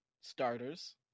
starters